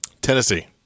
Tennessee